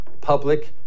Public